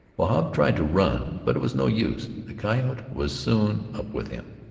wahb tried to run, but it was no use the coyote was soon up with him.